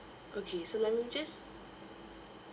okay so let me just